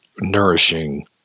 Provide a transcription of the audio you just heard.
nourishing